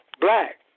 black